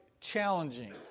challenging